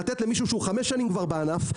למישהו ש-5 שנים בענף,